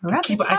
Keep